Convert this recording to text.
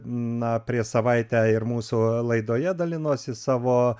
na prieš savaitę ir mūsų laidoje dalinosi savo